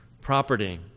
property